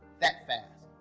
that fast.